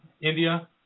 India